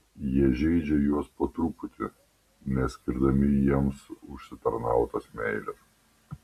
jie žeidžia juos po truputį neskirdami jiems užsitarnautos meilės